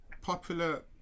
popular